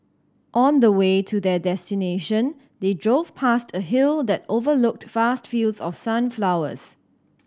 on the way to their destination they drove past a hill that overlooked vast fields of sunflowers